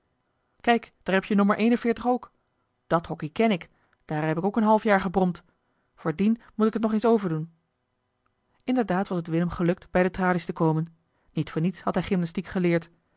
kijk daar heb je no ook dat hokkie ken ik daar heb ik ook een half jaar gebromd voor dien moet ik het nog eens over doen inderdaad was het willem gelukt bij de tralies te komen niet voor niets had hij gymnastiek geleerd